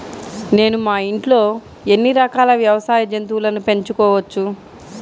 నేను మా ఇంట్లో ఎన్ని రకాల వ్యవసాయ జంతువులను పెంచుకోవచ్చు?